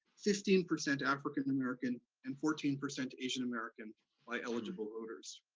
fifteen percent african american, and fourteen percent asian american by eligible voters.